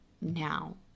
now